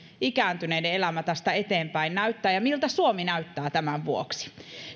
ikääntyneiden elämä tästä eteenpäin näyttää ja miltä suomi näyttää tämän vuoksi